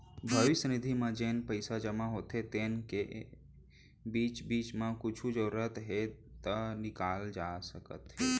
भविस्य निधि म जेन पइसा जमा होथे तेन ल बीच बीच म कुछु जरूरत हे त निकाले जा सकत हे